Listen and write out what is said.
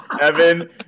Evan